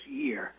year